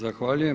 Zahvaljujem.